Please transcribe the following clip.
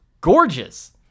gorgeous